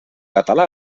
català